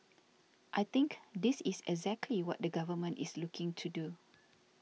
I think this is exactly what the government is looking to do